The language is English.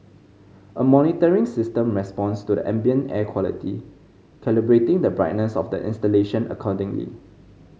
a monitoring system responds to the ambient air quality calibrating the brightness of the installation accordingly